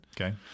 Okay